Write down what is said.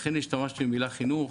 לכן השתמשתי במילה חינוך,